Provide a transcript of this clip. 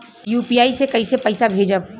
UPI से कईसे पैसा भेजब?